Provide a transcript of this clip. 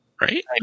right